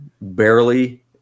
barely